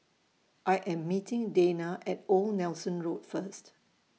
I Am meeting Dayna At Old Nelson Road First